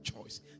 choice